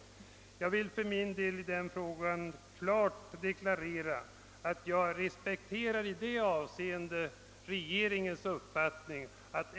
Jag vill klart deklarera att jag i detta avseende respekterar regeringens ståndpunkt.